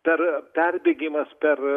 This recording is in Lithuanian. per perbėgimas per